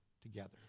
together